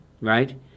right